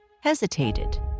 hesitated